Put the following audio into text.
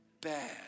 Bad